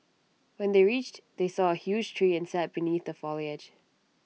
when they reached they saw A huge tree and sat beneath the foliage